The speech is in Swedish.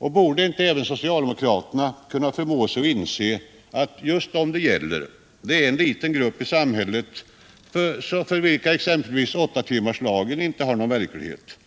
Borde inte även socialdemokraterna kunna förmå sig att inse att just dem det gäller utgör en liten grupp i samhället, för vilken åttatimmarsdagen inte är någon verklighet?